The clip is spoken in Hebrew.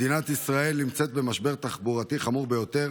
מדינת ישראל נמצאת במשבר תחבורתי חמור ביותר.